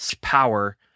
power